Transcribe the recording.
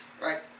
right